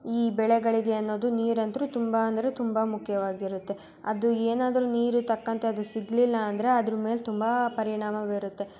ಈ ಬೆಳೆಗಳಿಗೆ ಅನ್ನೋದು ನೀರಂದರೂ ತುಂಬ ಅಂದರೆ ತುಂಬ ಮುಖ್ಯವಾಗಿರುತ್ತೆ ಅದು ಏನಾದರೂ ನೀರಿಗೆ ತಕ್ಕಂತೆ ಅದು ಸಿಗಲಿಲ್ಲ ಅಂದರೆ ಅದ್ರ್ಮೇಲೆ ತುಂಬ ಪರಿಣಾಮ ಬೀರುತ್ತೆ